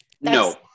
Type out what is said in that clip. No